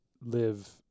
live